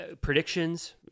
predictions